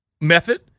method